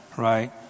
Right